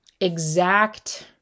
exact